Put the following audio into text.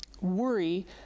worry